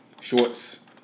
shorts